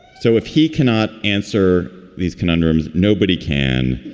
so if he cannot answer these conundrums, nobody can.